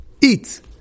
eat